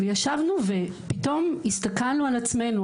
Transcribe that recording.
וישבנו והסתכלנו על עצמנו,